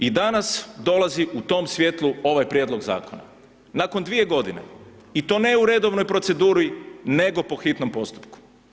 I danas dolazi u tom svijetlu ovaj prijedlog zakona, nakon dvije godine, i to ne u redovnoj proceduri, nego po hitnom postupku.